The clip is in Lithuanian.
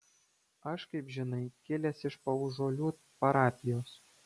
aš kaip žinai kilęs iš paužuolių parapijos